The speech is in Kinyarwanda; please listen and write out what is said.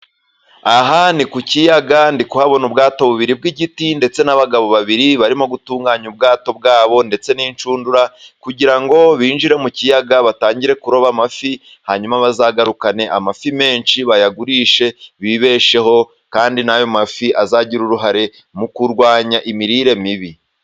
Aha ni ku kiyaga, ndi kuhabona ubwato bubiri bw'igiti ndetse n'abagabo babiri barimo gutunganya ubwato bwabo ndetse n'inshundura kugira ngo binjire mu kiyaga batangire kuroba amafi, hanyuma bazagarukane amafi menshi bayagurishe bibesheho kandi n'ayo mafi azagira uruhare mu kurwanya imirire mibi.